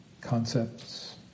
concepts